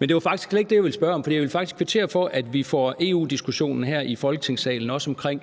Men det var faktisk slet ikke det, som jeg ville spørge om, for jeg vil faktisk kvittere for, at vi også får EU-diskussionen herind i Folketingssalen omkring